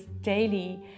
daily